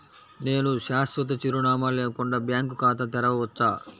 నేను శాశ్వత చిరునామా లేకుండా బ్యాంక్ ఖాతా తెరవచ్చా?